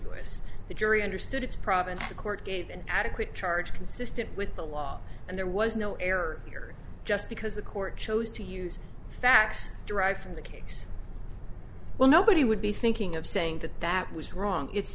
us the jury understood its provenance the court gave an adequate charge consistent with the law and there was no error here just because the court chose to use facts derived from the case well nobody would be thinking of saying that that was wrong it's